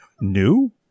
New